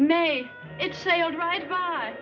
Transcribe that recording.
may it's sailed right by